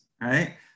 right